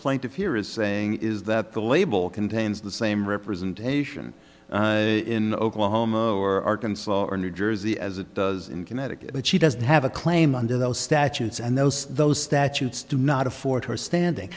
plaintiff here is saying is that the label contains the same representation in oklahoma or new jersey as it does in connecticut but she doesn't have a claim under those statutes and those those statutes do not afford her standing